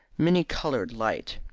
many-coloured light.